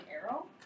arrow